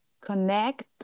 connect